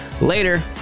later